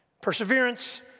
Perseverance